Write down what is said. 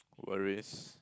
worries